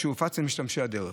והם יופצו למשתמש הדרך.